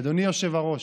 אדוני היושב-ראש,